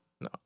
No